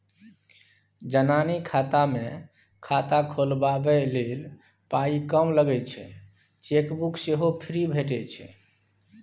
जनानी खाता मे खाता खोलबाबै लेल पाइ कम लगै छै चेकबुक सेहो फ्री भेटय छै